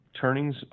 turnings